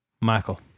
Michael